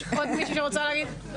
יש עוד מישהו שרוצה להגיד משהו?